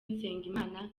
nsengimana